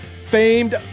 famed